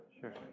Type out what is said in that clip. Sure